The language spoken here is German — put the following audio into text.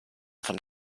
von